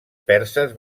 perses